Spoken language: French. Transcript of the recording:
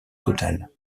totale